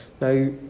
Now